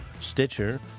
Stitcher